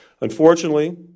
Unfortunately